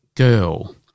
Girl